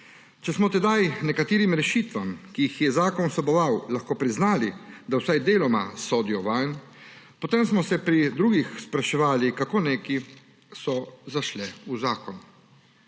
Če smo tedaj nekaterim rešitvam, ki jih je zakon vseboval, lahko priznali, da vsaj deloma sodijo vanj, potem smo se pri drugih spraševali, kako so zašle v zakon.